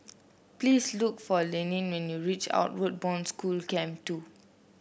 please look for Lennie when you reach Outward Bound School Camp Two